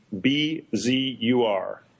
b-z-u-r